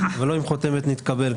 אבל לא עם חותמת "נתקבל",